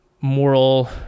moral